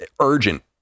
urgent